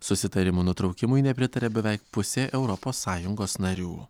susitarimo nutraukimui nepritaria beveik pusė europos sąjungos narių